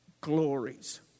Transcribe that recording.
glories